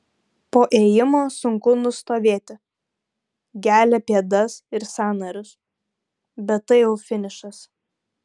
po ėjimo sunku nustovėti gelia pėdas ir sąnarius bet tai jau finišas